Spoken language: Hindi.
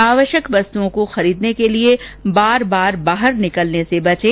आवश्यक वस्तुओं को खरीदने के लिए बार बार वाहर निकलने से बचें